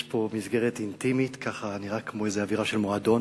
יש פה מסגרת אינטימית, וזה נראה אווירה של מועדון.